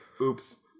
oops